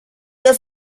dos